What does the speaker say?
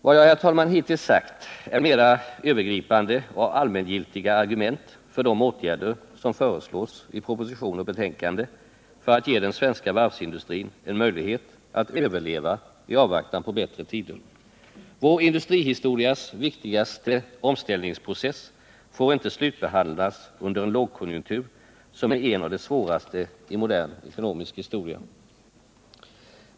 Vad jag hittills sagt, herr talman, är mera övergripande och allmängiltiga argument för de åtgärder som föreslås i proposition och betänkande för att ge den svenska varvsindustrin en möjlighet att överleva i avvaktan på bättre tider. Vår industrihistorias viktigaste omställningsprocess får inte slutbehandlas under en lågkonjunktur, som är en av de svåraste i modern ekonomisk historia.